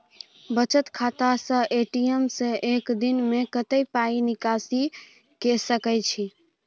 बचत खाता स ए.टी.एम से एक दिन में कत्ते पाई निकासी के सके छि?